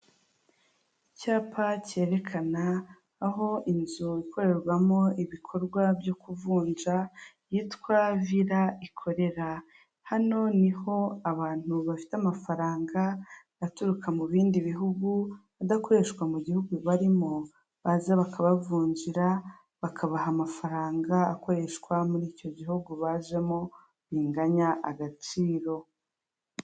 Icyapa cyerekana aho inzu ikorerwamo ibikorwa byo kuvunja yitwa vila ikorera, hano niho abantu bafite amafaranga aturuka mu bindi bihugu adakoreshwa mu gihugu barimo baza bakabavunjira bakabaha amafaranga akoreshwa muri icyo gihugu bajemo binganya agaciro.